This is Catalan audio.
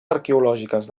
arqueològiques